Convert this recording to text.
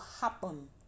happen